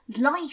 life